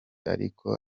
ariko